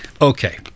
okay